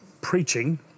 preaching